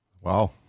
wow